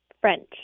French